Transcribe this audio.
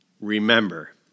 Remember